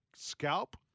Scalp